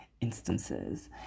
instances